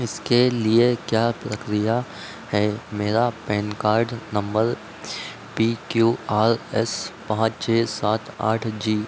इसके लिए क्या प्रक्रिया है मेरा PAN card number P Q R S पाँच छः सात आठ जी